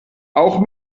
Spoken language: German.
auch